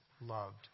loved